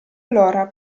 allora